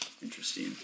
Interesting